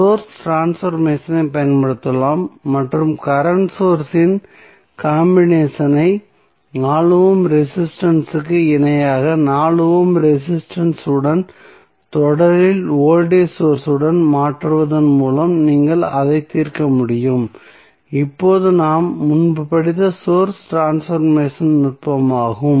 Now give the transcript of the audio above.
source ட்ரான்ஸ்பர்மேசனை பயன்படுத்தலாம் மற்றும் கரண்ட் சோர்ஸ் இன் காம்பினேஷன் ஐ 4 ஓம் ரெசிஸ்டன்ஸ் ற்கு இணையாக 4 ஓம் ரெசிஸ்டன்ஸ் உடன் தொடரில் வோல்டேஜ் சோர்ஸ் உடன் மாற்றுவதன் மூலம் நீங்கள் அதை தீர்க்க முடியும் இது நாம் முன்பு படித்த சோர்ஸ் ட்ரான்ஸ்பர்மேசன் நுட்பமாகும்